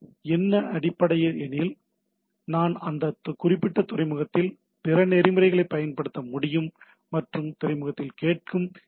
என்ன அடிப்படை எனில் நான் அந்த குறிப்பிட்ட துறைமுகத்தில் பிற நெறிமுறைகளைப் பயன்படுத்த முடியும் மற்றும் துறைமுகத்தில் கேட்கும் ஹெச்